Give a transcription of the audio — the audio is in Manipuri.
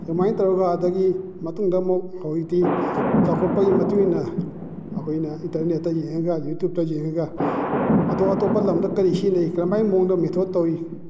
ꯀꯃꯥꯏꯅ ꯇꯧꯔꯒ ꯑꯗꯨꯗꯒꯤ ꯃꯇꯨꯡꯗ ꯑꯃꯨꯛ ꯍꯧꯌꯤꯛꯇꯤ ꯆꯥꯎꯈꯠꯄꯒꯤ ꯃꯇꯨꯡ ꯏꯟꯅ ꯑꯩꯈꯣꯏꯅ ꯏꯟꯇꯔꯅꯦꯠꯇ ꯌꯦꯡꯉꯒ ꯌꯨꯇꯤꯌꯨꯕꯇ ꯌꯦꯡꯉꯒ ꯑꯇꯣꯞ ꯑꯇꯣꯞꯄ ꯂꯝꯗ ꯀꯔꯤ ꯁꯤꯖꯤꯟꯅꯩ ꯀꯔꯝꯍꯥꯏꯅ ꯃꯑꯣꯡꯗ ꯃꯦꯊꯣꯗ ꯇꯧꯏ